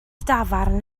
dafarn